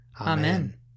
Amen